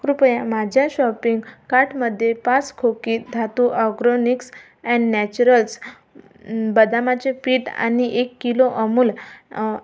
कृपया माझ्या शाॅपिंग कार्टमध्ये पाच खोकी धातू आवग्राॅनिक्स अँड नॅचरल्स बदामाचे पीठ आणि एक किलो ऑमूल